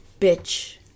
bitch